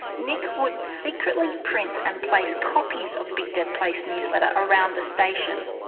nick would secretly print and place copies of big dead place newsletter around the station.